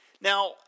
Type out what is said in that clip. Now –